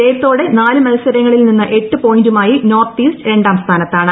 ജയത്തോടെ നാല് മത്സരങ്ങളിൽ നിന്ന് എട്ട് പോയിന്റുമായി നോർത്ത് ഈസ്റ്റ് രണ്ടാം സ്ഥാനത്താണ്